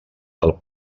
del